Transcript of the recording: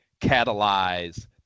catalyze